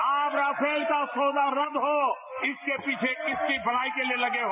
आज राफेल का सौदा रद्द हो इसके पीछे किसकी भलाई के लिए लगे हो